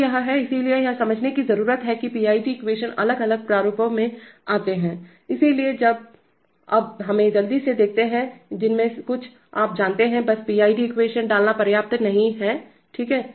तो यह है इसलिएयह समझने की जरूरत है कि पीआईडी एक्वेशन अलग अलग प्रारूपों में आते हैं इसलिए अब हमें जल्दी से देखते हैं जिनमें से कुछआप जानते हैंबस पीआईडी एक्वेशन डालना पर्याप्त नहीं हैठीक है